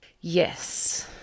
Yes